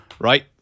right